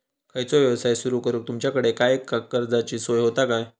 खयचो यवसाय सुरू करूक तुमच्याकडे काय कर्जाची सोय होता काय?